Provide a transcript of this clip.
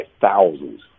thousands